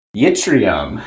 yttrium